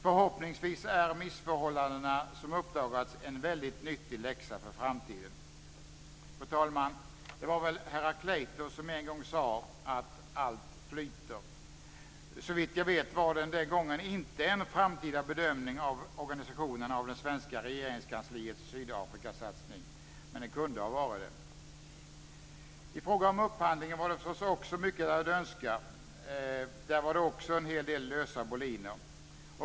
Förhoppningsvis är missförhållandena som uppdagats en väldigt nyttig läxa för framtiden. Fru talman! Det var väl Herakleitos som en gång sade att "allt flyter". Såvitt jag vet var det den gången inte en framtida bedömning av organisationen av det svenska regeringskansliets Sydafrikasatsning. Men det kunde ha varit det. I fråga om upphandlingen var det förstås mycket att önska. Där var det också en hel del lösa boliner.